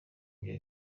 ibyo